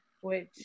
which-